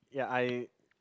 ya I